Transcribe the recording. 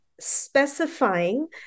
Specifying